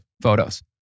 photos